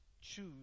choose